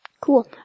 Cool